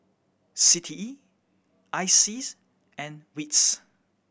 C T E I S E A S and wits